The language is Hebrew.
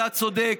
אתה צודק.